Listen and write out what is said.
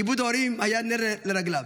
כיבוד הורים היה נר לרגליו,